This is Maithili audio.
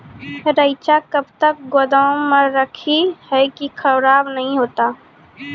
रईचा कब तक गोदाम मे रखी है की खराब नहीं होता?